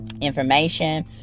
information